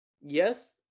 Yes